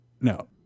no